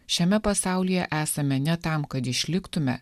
šiame pasaulyje esame ne tam kad išliktume